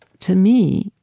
to me,